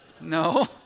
No